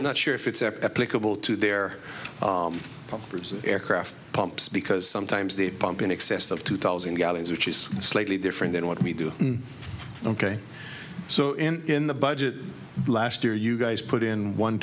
i'm not sure if it's epic a bill to their pumpers aircraft pumps because sometimes they pump in excess of two thousand gallons which is slightly different than what we do ok so in in the budget last year you guys put in one